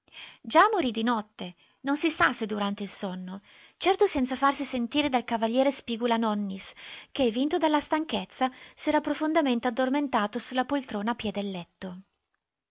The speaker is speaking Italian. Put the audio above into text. già morì di notte non si sa se durante il sonno certo senza farsi sentire dal cav spigula-nonnis che vinto dalla stanchezza s'era profondamente addormentato sulla poltrona a piè del letto